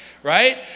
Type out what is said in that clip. Right